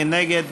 מי נגד?